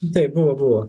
taip buvo buvo